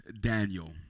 Daniel